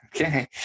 Okay